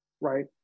right